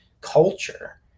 culture